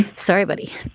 sorry, buddy